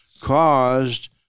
caused